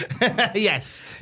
Yes